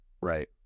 Right